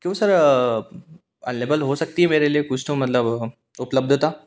क्यों सर अनलेबल हो सकती है मेरे लिए कुछ तो मतलब हम उपलब्धता